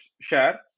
share